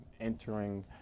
entering